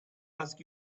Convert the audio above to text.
ask